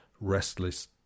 restless